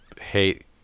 hate